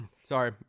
Sorry